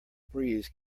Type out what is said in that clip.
breeze